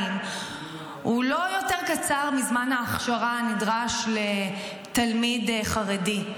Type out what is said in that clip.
הוא לא קצר יותר מזמן ההכשרה הנדרש לתלמיד חרדי.